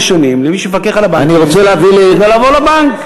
שנים למי שמפקח על הבנקים כדי לעבוד בבנק.